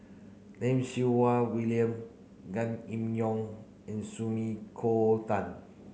Lim Siew Wai William Gan Kim Yong and Sumiko Tan